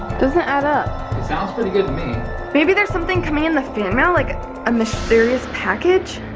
doesn't add up. it sounds pretty good to me maybe there's something coming in the fan mail like a mysterious package?